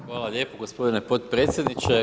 Hvala lijepo g. potpredsjedniče.